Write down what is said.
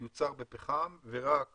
יוצר בפחם ורק